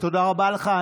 תודה רבה לך.